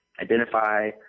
identify